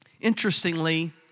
Interestingly